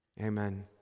amen